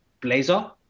blazer